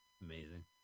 Amazing